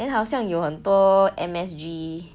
then 好像有很多 M_S_G